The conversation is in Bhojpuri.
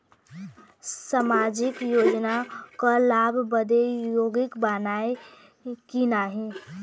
सामाजिक योजना क लाभ बदे योग्य बानी की नाही?